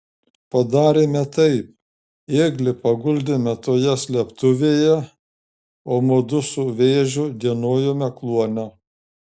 padarėme taip ėglį paguldėme toje slėptuvėje o mudu su vėžiu dienojome kluone